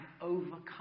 overcome